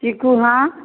चीकू है